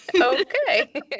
Okay